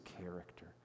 character